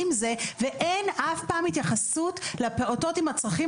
ואין אף פעם התייחסות לפעוטות עם הצרכים